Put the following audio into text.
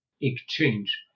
exchange